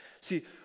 See